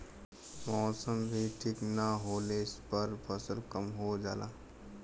मौसम भी ठीक न होले पर फसल कम हो जाला